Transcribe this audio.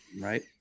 Right